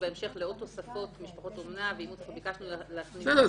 משפחות אומנה ואימוץ -- בסדר,